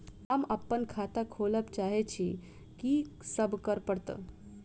हम अप्पन खाता खोलब चाहै छी की सब करऽ पड़त?